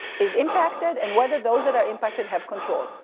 is impacted and whether those that are impacted have control.